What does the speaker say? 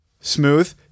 Smooth